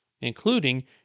including